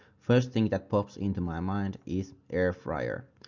first thing that pops into my mind is airfryer.